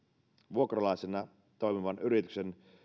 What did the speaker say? vuokralaisena toimivan yrityksen